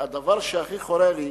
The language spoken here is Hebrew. והדבר שהכי חורה לי,